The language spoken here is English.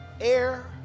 air